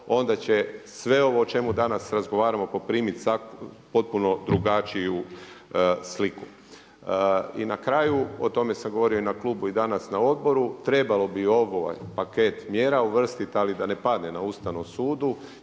onda će sve ovo o čemu danas razgovaramo poprimit potpuno drugačiju sliku. I na kraju, o tome sam govorio i na klubu i danas na odboru trebalo bi ovaj paket mjera uvrstit ali da ne padne na Ustavnom sudu